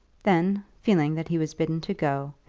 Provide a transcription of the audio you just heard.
then, feeling that he was bidden to go,